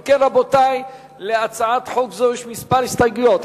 אם כן, רבותי, להצעת חוק זו יש מספר הסתייגויות.